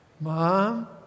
Mom